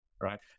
right